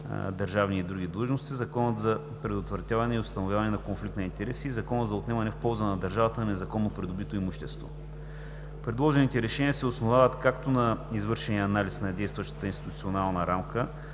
държавни и други длъжности, Закона за предотвратяване и установяване на конфликт на интереси и Закона за отнемане в полза на държавата на незаконно придобито имущество. Предложените решения се основават както на извършения анализ на действащата институционална рамка